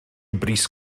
bris